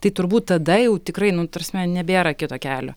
tai turbūt tada jau tikrai nu ta prasme nebėra kito kelio